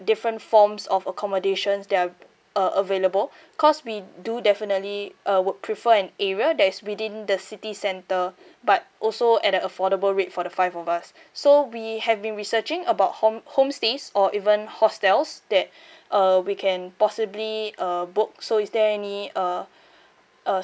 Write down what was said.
different forms of accommodations that are uh available because we do definitely uh would prefer an area that is within the city centre but also at the affordable rate for the five of us so we have been researching about home homestays or even hostels that uh we can possibly uh book so is there any uh uh